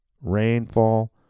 rainfall